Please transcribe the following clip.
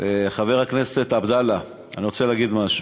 חבר הכנסת עבדאללה, אני רוצה להגיד משהו.